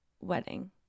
Wedding